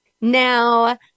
Now